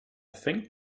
think